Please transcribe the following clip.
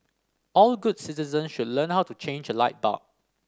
all good citizen should learn how to change a light bulb